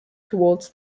towards